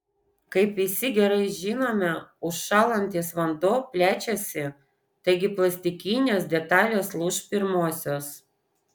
kaip visi gerai žinome užšąlantis vanduo plečiasi taigi plastikinės detalės lūš pirmosios